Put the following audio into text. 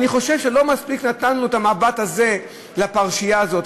אני חושב שלא מספיק נתנו את המבט הזה לפרשייה הזאת,